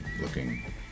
looking